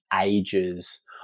ages